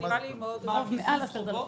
בהתאם לסיכום אתמול